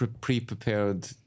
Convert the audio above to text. pre-prepared